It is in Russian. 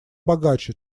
богаче